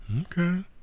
okay